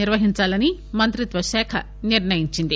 నిర్వహించాలని మంత్రిత్వ శాఖ నిర్ణయించింది